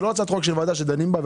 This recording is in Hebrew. זה לא הצעת חוק של ועדה שדנים בה.